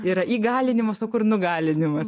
yra įgalinimas o kur nugalinimas